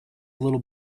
little